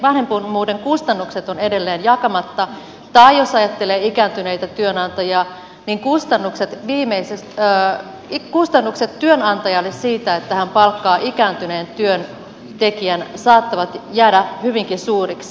nythän vanhemmuuden kustannukset ovat edelleen jakamatta tai jos ajattelee työnantajia niin kustannukset työnantajalle siitä että hän palkkaa ikääntyneen työntekijän saattavat jäädä hyvinkin suuriksi